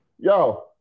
yo